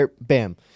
Bam